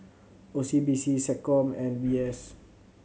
O C B C SecCom and V S